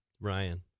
ryan